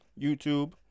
YouTube